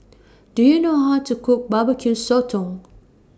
Do YOU know How to Cook Barbecue Sotong